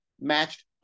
matched